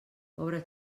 pobre